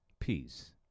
Peace